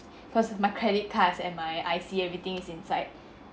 cause my credit cards and my I_C everything is inside